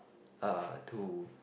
uh to